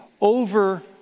over